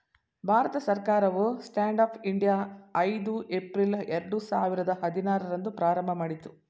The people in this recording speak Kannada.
ಭಾರತ ಸರ್ಕಾರವು ಸ್ಟ್ಯಾಂಡ್ ಅಪ್ ಇಂಡಿಯಾ ಐದು ಏಪ್ರಿಲ್ ಎರಡು ಸಾವಿರದ ಹದಿನಾರು ರಂದು ಪ್ರಾರಂಭಮಾಡಿತು